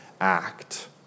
act